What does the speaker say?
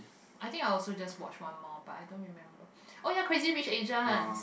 I think I also just watch one more but I don't remember oh ya Crazy Rich Asians